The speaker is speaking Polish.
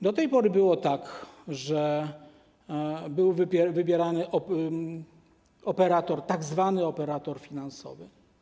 Do tej pory było tak, że był wybierany tzw. operator finansowy.